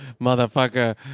motherfucker